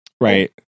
Right